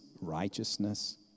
righteousness